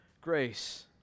grace